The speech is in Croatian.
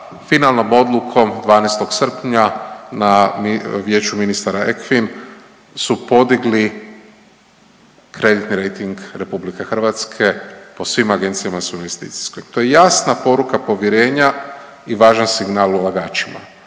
finalnom odlukom 12. srpnja na Vijeću ministara ECOFIN su podigli kreditni rejting RH po svim agencijama su investicijske. To je jasna poruka povjerenja i važan signal ulagačima